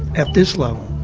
at this level,